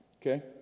Okay